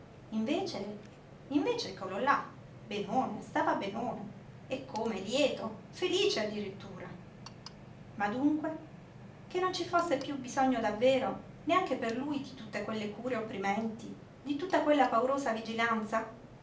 invece invece eccolo là benone stava benone e come lieto felice addirittura ma dunque che non ci fosse piú bisogno davvero neanche per lui di tutte quelle cure opprimenti di tutta quella paurosa vigilanza